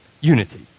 Unity